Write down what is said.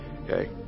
Okay